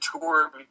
tour –